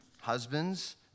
husbands